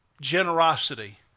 generosity